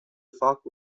fac